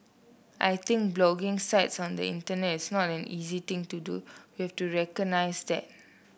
I think blocking sites on the Internet is not an easy thing to do we have to recognise that